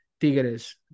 Tigres